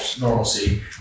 normalcy